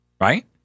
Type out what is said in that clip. right